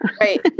Right